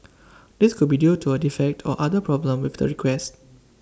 this could be due to A defect or other problem with the request